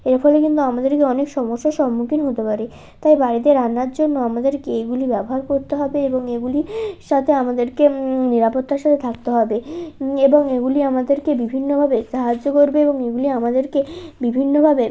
এর ফলে কিন্তু আমাদেরকে অনেক সমস্যার সম্মুখীন হতে পারে তাই বাড়িতে রান্নার জন্য আমাদেরকে এগুলি ব্যবহার করতে হবে এবং এগুলি সাথে আমাদেরকে নিরাপত্তার সাথে থাকতে হবে এবং এগুলি আমাদেরকে বিভিন্নভাবে সাহায্য করবে এবং এগুলি আমাদেরকে বিভিন্নভাবে